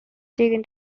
taken